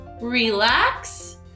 relax